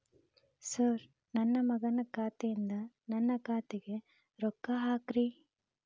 sir ನನ್ನ ಮಗನ ಖಾತೆ ಯಿಂದ ನನ್ನ ಖಾತೆಗ ರೊಕ್ಕಾ ಹಾಕ್ರಿ